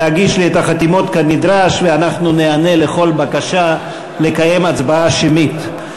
להגיש לי את החתימות כנדרש ואנחנו ניענה לכל בקשה לקיים הצבעה שמית.